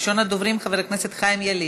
ראשון הדוברים, חבר הכנסת חיים ילין.